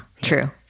true